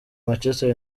manchester